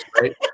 right